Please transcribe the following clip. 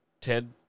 Ted